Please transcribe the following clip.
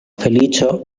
feliĉo